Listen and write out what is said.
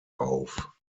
auf